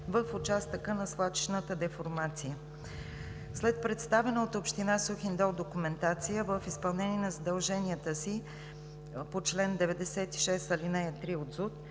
в участъка на свлачищната деформация. След представена от община Сухиндол документация, в изпълнение на задълженията си по чл. 96, ал. 3 от ЗУТ